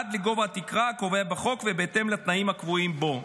עד לגובה התקרה הקבועה בחוק ובהתאם לתנאים הקבועים בו.